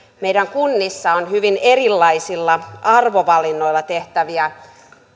meidän kunnissa on hyvin erilaisilla arvovalinnoilla tehtäviä